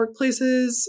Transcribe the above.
workplaces